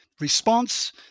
response